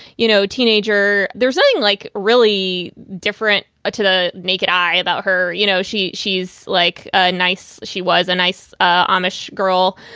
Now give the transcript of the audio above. you know, teenager. there's nothing like really different to the naked eye about her. you know, she she's like, ah nice. she was a nice amish girl.